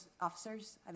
officers